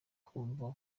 kumva